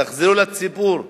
תחזרו לציבור.